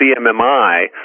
CMMI